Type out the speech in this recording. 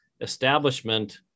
establishment